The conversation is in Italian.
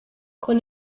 con